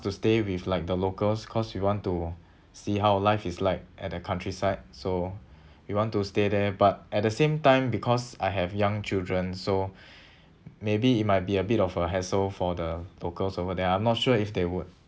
to stay with like the locals cause we want to see how life is like at the countryside so we want to stay there but at the same time because I have young children so maybe it might be a bit of a hassle for the locals over there I'm not sure if they would